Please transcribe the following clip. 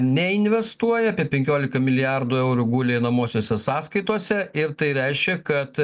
neinvestuoja apie penkioliką milijardų eurų guli einamosiose sąskaitose ir tai reiškia kad